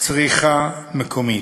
צריכה מקומית,